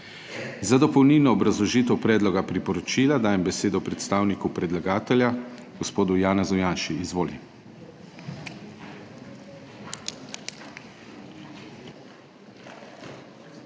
Za dopolnilno obrazložitev predloga priporočila dajem besedo predstavniku predlagatelja, gospodu Janezu Janši. Izvolite.